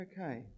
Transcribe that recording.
Okay